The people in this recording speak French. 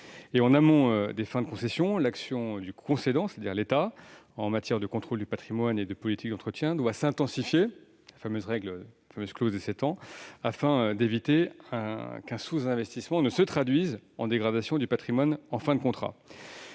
En amont des fins de concession, l'action du concédant, c'est-à-dire l'État, en matière de contrôle du patrimoine et de politique d'entretien doit s'intensifier- c'est la fameuse clause des sept ans -afin d'éviter qu'un sous-investissement ne se traduise par une dégradation du patrimoine en fin de contrat.